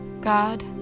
God